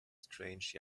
strange